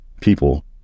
people